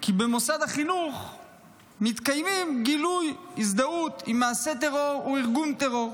כי במוסד החינוך מתקיימים גילויי הזדהות עם מעשי טרור או ארגון טרור